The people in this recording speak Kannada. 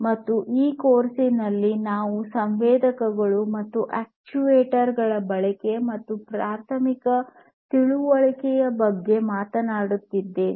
ಮತ್ತು ಈ ಕೋರ್ಸ್ ನಲ್ಲಿ ನಾವು ಸಂವೇದಕಗಳು ಮತ್ತು ಅಕ್ಚುಯೇಟರ್ ಗಳ ಬಳಕೆ ಮತ್ತು ಈ ಪ್ರಾಥಮಿಕ ತಿಳುವಳಿಕೆಯ ಬಗ್ಗೆ ಮಾತನಾಡುತ್ತಿದ್ದೇವೆ